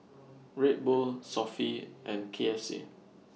Red Bull Sofy and K F C